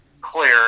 clear